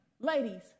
ladies